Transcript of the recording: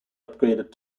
upgraded